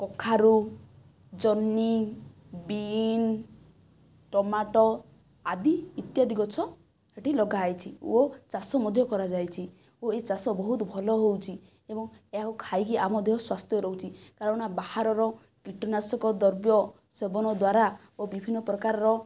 କଖାରୁ ଜନ୍ହି beans tomato ଆଦି ଇତ୍ୟାଦି ଗଛ ହେଠି ଲଗାଯାଇଛି ଓ ଚାଷ ମଧ୍ୟ କରାଯାଇଛି ଓ ଏ ଚାଷ ବହୁତ ଭଲ ହେଉଛି ଏବଂ ଏହାକୁ ଖାଇକି ଆମ ଦେହ ସ୍ୱାସ୍ଥ୍ୟ ରହୁଛି କାରଣ ବାହାରର କୀଟନାଶକ ଦ୍ରବ୍ୟ ସେବନ ଦ୍ୱାରା ଓ ବିଭିନ୍ନ ପ୍ରକାରର